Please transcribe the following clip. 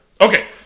Okay